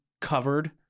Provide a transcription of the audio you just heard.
covered